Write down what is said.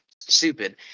Stupid